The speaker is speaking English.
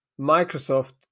Microsoft